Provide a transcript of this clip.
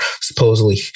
supposedly